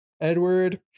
Edward